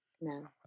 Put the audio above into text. No